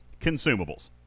consumables